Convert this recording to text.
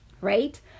right